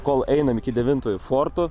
kol einame iki devintojo forto